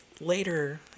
later